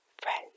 friends